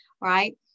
right